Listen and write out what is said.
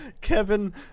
Kevin